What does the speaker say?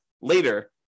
later